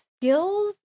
skills